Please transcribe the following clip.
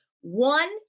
one